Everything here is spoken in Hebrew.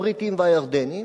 הבריטיים והירדניים,